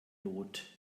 lot